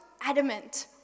adamant